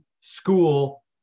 school